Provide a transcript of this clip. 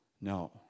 no